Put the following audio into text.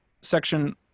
section